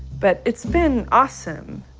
but it's been awesome.